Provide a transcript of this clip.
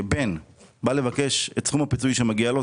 בן בא לבקש את סכום הפיצוי שמגיע לו,